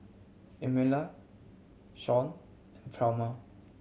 Emelia Shaun Pluma